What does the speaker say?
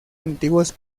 antiguos